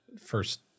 first